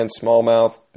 smallmouth